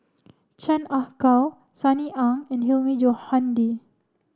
Chan Ah Kow Sunny Ang and Hilmi Johandi